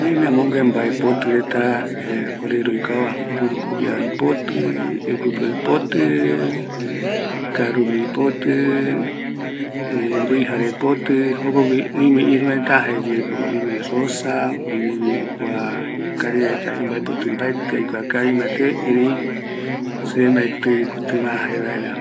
Oime amogue mbaepoti reta roikuava, mburukuya ipotɨ, iguopeɨ ipotɨ, karuru ipotɨ, jare mbuijare ipotɨ, jokogui oime irureta, Rosa, kua karaireta imbaepotɨ mbaeti aikua kavi mbate, mbaeti mbae jaevaera